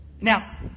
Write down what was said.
Now